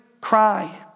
cry